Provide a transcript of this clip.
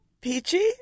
Peachy